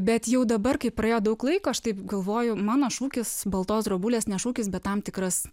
bet jau dabar kai praėjo daug laiko aš taip galvoju mano šūkis baltos drobulės ne šūkis bet tam tikras